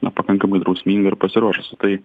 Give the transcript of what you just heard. na pakankamai drausminga ir pasiruošusi tai